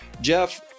Jeff